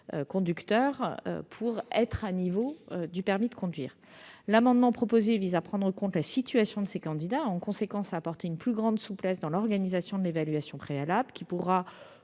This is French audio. conducteur pour être au niveau du permis de conduire. L'amendement proposé vise à prendre en compte la situation de ces candidats et en conséquence à apporter une plus grande souplesse dans l'organisation de l'évaluation préalable, qui pourra,